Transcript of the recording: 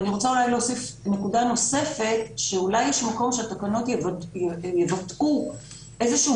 אני רוצה אולי להוסיף נקודה נוספת שאולי יש מקום שהתקנות יבטאו איזשהו